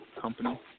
company